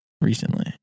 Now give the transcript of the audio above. recently